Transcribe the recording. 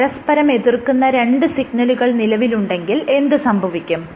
പരസ്പരം എതിർക്കുന്ന രണ്ട് സിഗ്നലുകൾ നിലവിലുണ്ടെങ്കിൽ എന്ത് സംഭവിക്കും